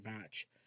match